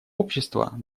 общества